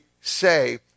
say